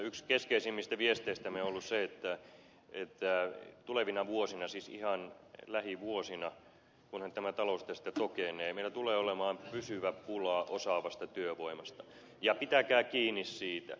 yksi keskeisimmistä viesteistämme on ollut se että tulevina vuosina siis ihan lähivuosina kunhan tämä talous tästä tokenee meillä tulee olemaan pysyvä pula osaavasta työvoimasta ja pitäkää kiinni siitä